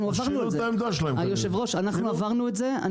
אנחנו עברנו את זה.